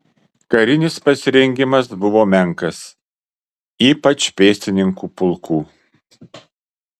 karinis pasirengimas buvo menkas ypač pėstininkų pulkų